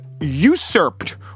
usurped